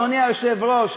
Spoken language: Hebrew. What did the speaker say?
אדוני היושב-ראש.